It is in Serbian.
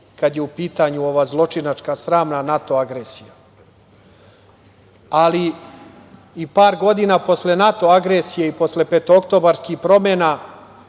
kada je u pitanju ova zločinačka, sramna NATO agresija. Par godina posle NATO agresije i posle petooktobarskih promena